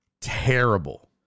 terrible